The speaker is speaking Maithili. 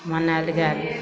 मनाएल गेल